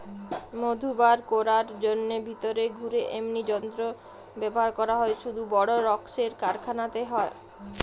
মধু বার কোরার জন্যে ভিতরে ঘুরে এমনি যন্ত্র ব্যাভার করা হয় শুধু বড় রক্মের কারখানাতে